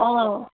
অঁ